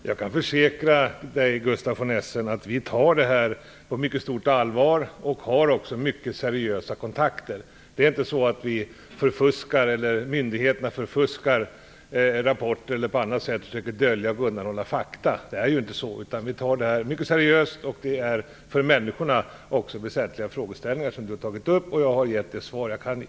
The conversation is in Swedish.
Fru talman! Jag kan försäkra Gustaf von Essen att vi tar detta på mycket stort allvar och har mycket seriösa kontakter. Det är inte så att myndigheterna förfuskar rapporter eller på annat sätt försöker dölja och undanhålla fakta. Det är inte så. Vi tar detta mycket seriöst. Det är för dessa människor mycket väsentliga frågeställningar som Gustaf von Essen har tagit upp, och jag har gett det svar jag kan ge.